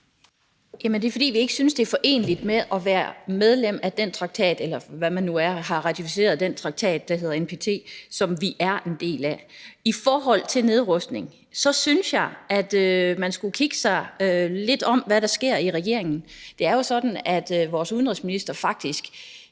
Jamen det er, fordi vi ikke synes, det er foreneligt med at være medlem af den traktat, eller hvad man nu er, altså at have ratificeret den traktat, der hedder NPT, som vi er en del af. I forhold til nedrustning synes jeg, at man skulle kigge sig lidt omkring, i forhold til hvad der sker i regeringen. Det er jo sådan, at vores udenrigsminister faktisk